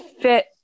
fit